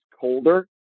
colder